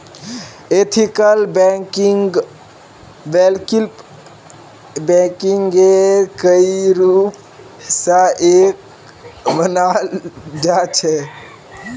ethical बैंकिंगक वैकल्पिक बैंकिंगेर कई रूप स एक मानाल जा छेक